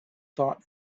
thought